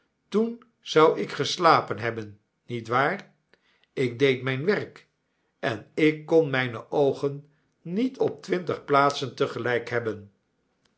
toen zou ik geslapen hebben niet waar ik deed mijn werk en ik kon mijne oogen niet op twintig plaatsen te gelijk hebben